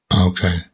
Okay